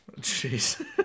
Jeez